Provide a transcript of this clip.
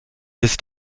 ist